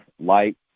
light